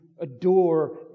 adore